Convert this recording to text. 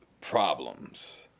problems